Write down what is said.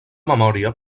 memòria